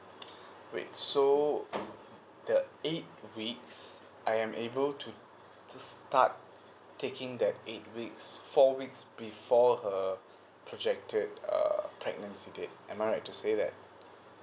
wait so the eight weeks I am able to start taking that eight weeks four weeks before her projected uh pregnancy date am I right to say that